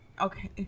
Okay